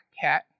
cat